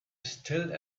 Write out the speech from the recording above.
still